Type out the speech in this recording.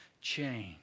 change